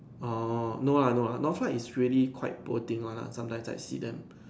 oh no lah no lah Northlight is really quite poor thing one lah sometimes I see them